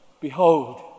behold